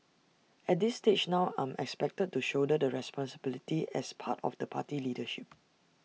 at this stage now I'm expected to shoulder the responsibility as part of the party leadership